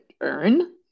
earn